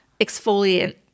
exfoliant